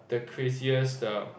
the craziest the